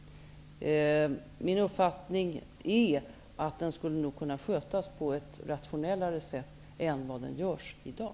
Min uppfattning är att den nog skulle kunna skötas på ett rationel lare sätt än vad som sker i dag.